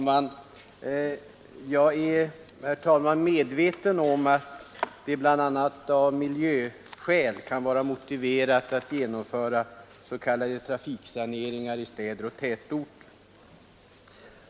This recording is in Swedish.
Herr talman! Jag är medveten om att det bl.a. av miljöskäl kan vara motiverat att genomföra s.k. trafiksaneringar i städer och tätorter.